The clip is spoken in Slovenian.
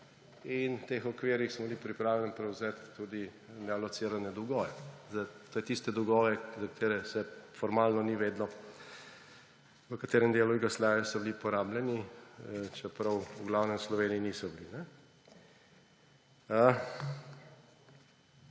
in v teh okvirih smo bili pripravljeni prevzeti tudi nealocirane dolgove, to je tiste dolgove, za katere se formalno se ni vedelo, v katerem delu Jugoslavije so bili porabljeni, čeprav v glavnem v Sloveniji niso bili.